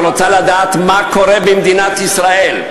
היא רוצה לדעת מה קורה במדינת ישראל,